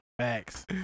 Facts